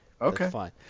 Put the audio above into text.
Okay